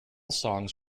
songs